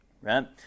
Right